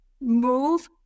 move